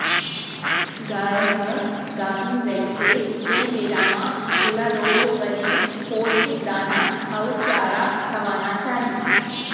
गाय ह गाभिन रहिथे तेन बेरा म ओला रोज बने पोस्टिक दाना अउ चारा खवाना चाही